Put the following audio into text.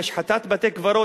השחתת בתי-קברות,